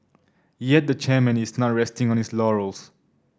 yet the chairman is not resting on his laurels